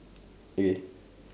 okay